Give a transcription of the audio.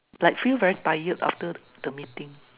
like feel very tired after the the meeting